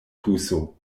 tuso